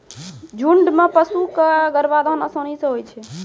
झुंड म पशु क गर्भाधान आसानी सें होय छै